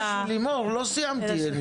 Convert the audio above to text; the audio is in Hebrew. אבל אני רוצה להגיד משהו, לימור, לא סיימתי.